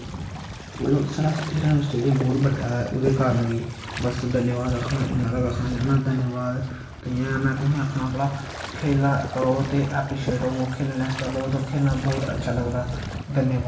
मतलव साढ़ा हीरानगर स्टेडियम बौह्त बड्डा ओह्दे कारन बस धन्याबाद आखना इन्ना हारा गै आखनां धन्याबाद ते उइयां में तुसें आखना भला खेलते रवो ते ऐप्रिशेट हो खेलना बौह्त अच्छा लगदा